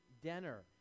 dinner